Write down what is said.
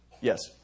Yes